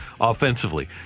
offensively